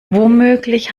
womöglich